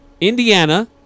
Indiana